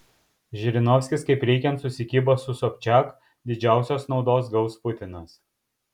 žirinovskis kaip reikiant susikibo su sobčiak didžiausios naudos gaus putinas